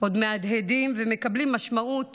עוד מהדהדים, ומקבלים משמעות